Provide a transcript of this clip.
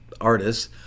artists